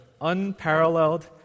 unparalleled